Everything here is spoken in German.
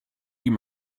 ihm